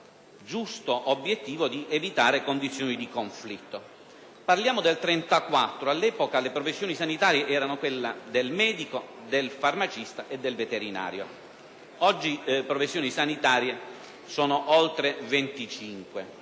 giusto obiettivo di evitare condizioni di conflitto. Stiamo parlando del 1934, epoca in cui le professioni sanitarie erano quelle del medico, del farmacista e del veterinario. Oggi le professioni sanitarie sono oltre 25.